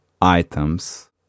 items